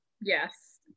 yes